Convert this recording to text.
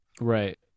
Right